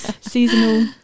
seasonal